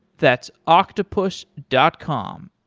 that's octopus dot com,